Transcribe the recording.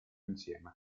insieme